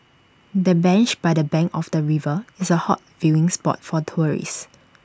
the bench by the bank of the river is A hot viewing spot for tourists